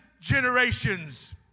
generations